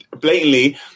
blatantly